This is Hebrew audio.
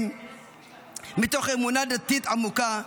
מתוך אמונה דתית עמוקה,